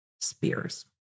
Spears